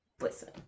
Listen